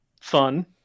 fun